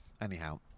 Anyhow